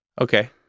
Okay